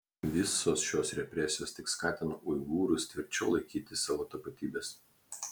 visos šios represijos tik skatina uigūrus tvirčiau laikytis savo tapatybės